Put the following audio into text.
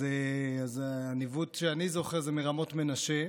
אז הניווט שאני זוכר זה מרמות מנשה.